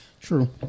True